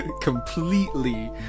completely